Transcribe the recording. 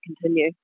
continue